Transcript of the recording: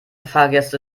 fahrgäste